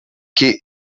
que